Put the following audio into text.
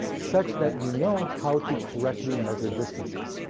such that you know how to correctly measure distances.